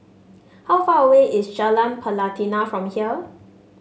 how far away is Jalan Pelatina from here